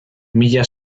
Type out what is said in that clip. mila